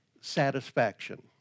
satisfaction